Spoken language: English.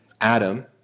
Adam